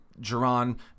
Geron